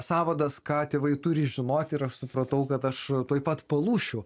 sąvadas ką tėvai turi žinoti ir aš supratau kad aš tuoj pat palūšiu